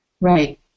right